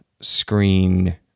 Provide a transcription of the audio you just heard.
screen